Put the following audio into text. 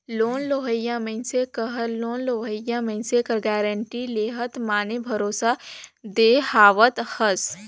loan लेवइया मइनसे कहर लोन लेहोइया मइनसे कर गारंटी लेहत माने भरोसा देहावत हस